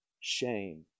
shame